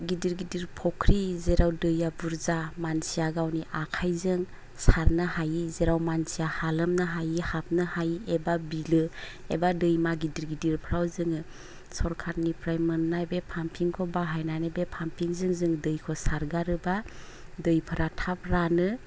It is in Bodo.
गिदिर गिदिर फख्रि जेराव दैया बुरजा मानसिया गावनि आखायजों सारनो हायि जेराव मानसिया हालोमनो हायि हाबनो हायि एबा बिलो एबा दैमा गिदिर गिदिरफ्राव जोङो सरकारनिफ्राय मोन्नाय बे पामपिंखौ बाहायनानै बे पामपिंजों जों दैखौ सारगारोबा दैफ्रा थाब रानो